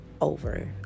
over